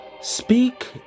Speak